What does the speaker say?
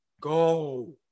go